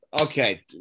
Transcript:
Okay